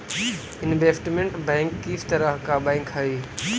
investment bank किस तरह का बैंक हई